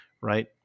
right